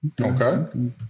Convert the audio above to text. Okay